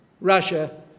Russia